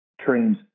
trains